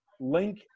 link